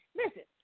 listen